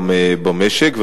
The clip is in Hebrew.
גם במשק,